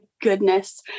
goodness